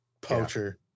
Poacher